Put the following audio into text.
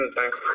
Thanks